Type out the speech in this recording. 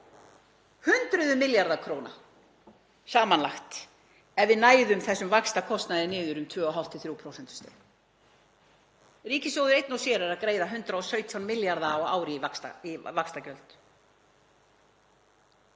milljarða króna samanlagt ef við næðum þessum vaxtakostnaði niður um 2,5–3 prósentustig. Ríkissjóður einn og sér er að greiða 117 milljarða á ári í vaxtagjöld.